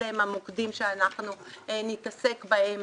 אלה הם המוקדים שאנחנו נתעסק בהם